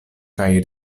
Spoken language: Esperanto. kaj